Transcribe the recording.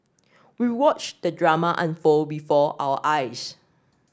we watched the drama unfold before our eyes